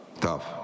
Tough